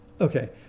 okay